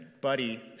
buddy